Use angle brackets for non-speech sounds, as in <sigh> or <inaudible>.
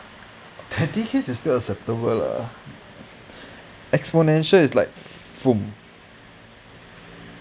twenty case is still acceptable lah exponential is like <noise>